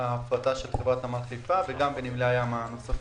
ההפרטה של חברת נמל חיפה וגם בנמלי הים הנוספים.